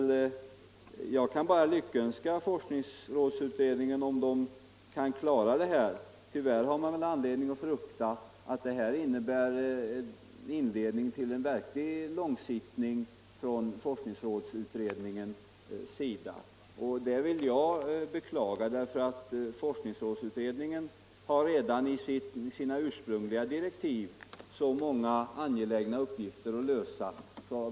Jag kan bara lyckönska forskningsrådsutredningen om den kan klara detta. Såvitt jag vet har man tyvärr anledning att frukta att det i stället innebär inledningen till en verklig långsittning för forskningsrådsutredningen. Det skulle jag beklaga, för forskningsrådsutredningen har redan i sina ursprungliga direktiv så många angelägna uppgifter att lösa.